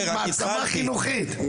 זה מעצמה חינוכית.